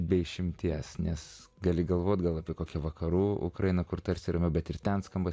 be išimties nes gali galvoti gal apie kokią vakarų ukrainą kur tarsi ramiau bet ir ten skamba